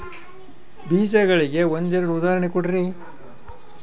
ಬೇಜಗಳಿಗೆ ಒಂದೆರಡು ಉದಾಹರಣೆ ಕೊಡ್ರಿ?